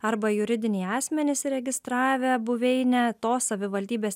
arba juridiniai asmenys įregistravę buveinę tos savivaldybės